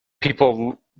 people